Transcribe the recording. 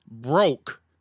broke